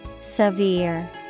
Severe